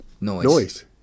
noise